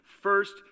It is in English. first